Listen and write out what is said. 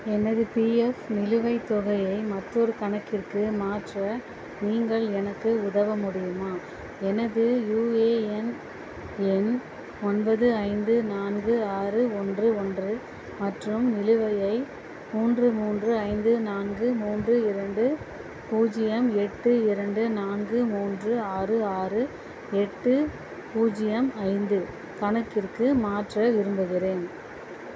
எனது பிஎஃப் நிலுவைத் தொகையை மற்றொரு கணக்கிற்கு மாற்ற நீங்கள் எனக்கு உதவ முடியுமா எனது யுஏஎன் எண் ஒன்பது ஐந்து நான்கு ஆறு ஒன்று ஒன்று மற்றும் நிலுவையை மூன்று மூன்று ஐந்து நான்கு மூன்று இரண்டு பூஜ்ஜியம் எட்டு இரண்டு நான்கு மூன்று ஆறு ஆறு எட்டு பூஜ்ஜியம் ஐந்து கணக்கிற்கு மாற்ற விரும்புகிறேன்